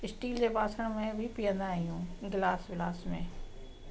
steel जे बासण में बि पीअंदा आहियूं गिलास विलास में